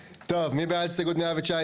טוב, מי בעד הסתייגות 119?